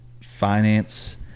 finance